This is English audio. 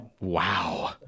Wow